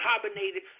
carbonated